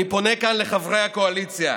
אני פונה כאן לחברי הקואליציה,